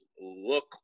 look